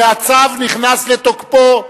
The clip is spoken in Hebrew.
והצו נכנס לתוקפו.